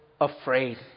afraid